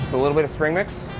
a little bit of spring mix,